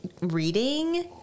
reading